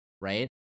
right